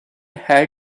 had